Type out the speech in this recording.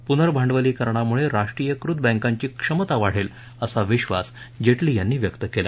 पूर्नभांडवलीकरणामुळे राष्ट्रीयीकृत बँकांची क्षमता वाढेल असा विश्वास जेटली यांनी केला